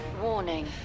Warning